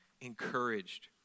encouraged